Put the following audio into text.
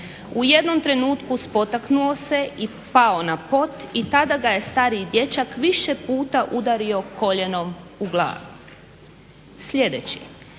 U jednom trenutku spotaknuo se i pao na pod i tada ga je stariji dječak više puta udario koljenom u glavu". Sljedeći: